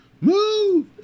move